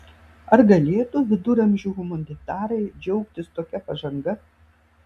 ar galėtų viduramžių humanitarai džiaugtis tokia pažanga